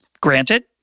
Granted